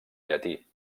llatí